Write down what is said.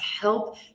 help